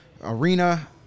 arena